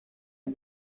are